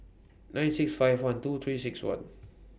nine six five one two three six one